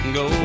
go